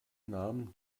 namen